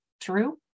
true